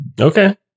Okay